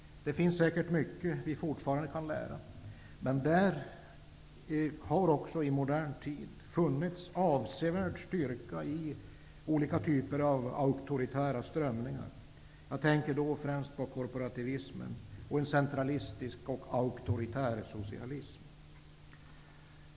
Det finns säkert mycket vi fortfarande kan lära av, men där har också i modern tid funnits avsevärd styrka i olika typer av auktoritära strömningar. Jag tänker då på korporativismen och på en centralistisk och auktoritär socialism.